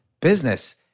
business